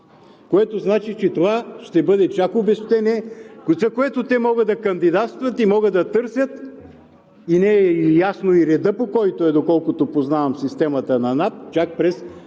което значи, че това ще бъде обезщетение, за което те могат да кандидатстват и могат да търсят, и не е ясен и редът, по който е доколкото познавам системата на НАП, чак през